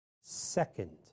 second